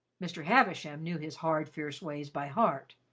mr. havisham knew his hard, fierce ways by heart,